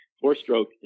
four-stroke